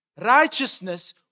Righteousness